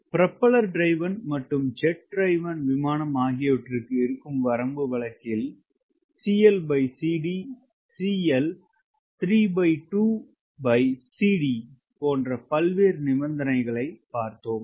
propeller driven மற்றும் jet driven விமானம் ஆகியவற்றிக்கு இருக்கும் வரம்பு வழக்கில் போன்ற பல்வேறு நிபந்தனைகளை பார்த்தோம்